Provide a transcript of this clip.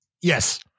yes